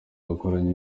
yakoranye